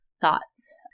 thoughts